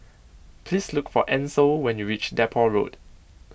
please look for Ansel when you reach Depot Road